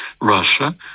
Russia –